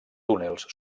túnels